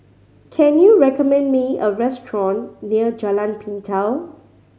can you recommend me a restaurant near Jalan Pintau